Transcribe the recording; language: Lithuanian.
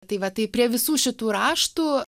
tai vat tai prie visų šitų raštų